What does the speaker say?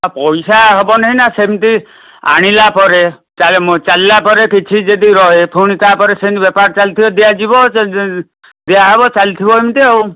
ଆ ପଇସା ହେବ ନାହିଁ ନା ସେମିତି ଆଣିଲା ପରେ ଚାଲିଲା ପରେ କିଛି ଯଦି ରୁହେ ପୁଣି ତା'ପରେ ସେମିତି ବେପାର ଚାଲିଥିବା ଦିଆଯିବ ଦିଆହେବ ଚାଲିଥିବ ଏମିତି ଆଉ